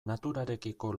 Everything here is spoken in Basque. naturarekiko